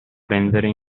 prendere